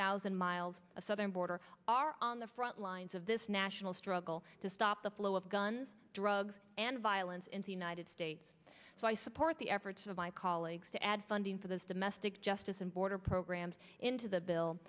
thousand miles of southern border are on the frontlines of this national struggle to stop the flow of guns drugs and violence in the united states so i support the efforts of my colleagues to add funding for those domestic justice and border programs into the bill